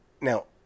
Now